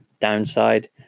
downside